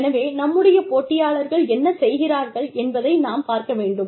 எனவே நம்முடைய போட்டியாளர்கள் என்ன செய்கிறார்கள் என்பதை நாம் பார்க்க வேண்டும்